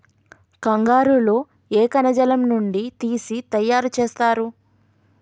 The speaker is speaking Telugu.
కంగారు లో ఏ కణజాలం నుండి తీసి తయారు చేస్తారు?